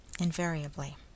invariably